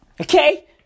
Okay